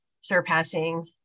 surpassing